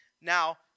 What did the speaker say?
Now